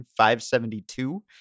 572